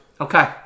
Okay